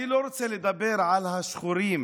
אני לא רוצה לדבר על השחורים